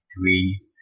three